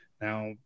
Now